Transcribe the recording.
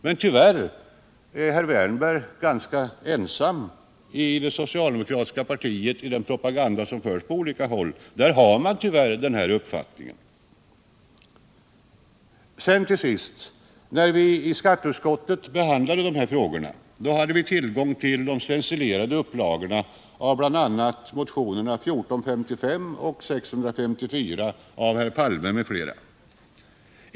Men tyvärr är herr Wärnberg ganska ensam om detta i det socialdemokratiska partiet vad gäller den propaganda som förs på olika håll. Där har man tyvärr den uppfattning jag här berört. När vi I skatteutskottet behandlade dessa frågor, hade vi tillgång till de stencilerade upplagorna av bl.a. motionerna 1455 och 654 av herr Palme m.fl.